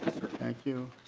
thank you.